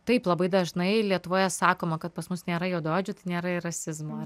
taip labai dažnai lietuvoje sakoma kad pas mus nėra juodaodžių tai nėra ir rasizmo